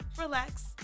relax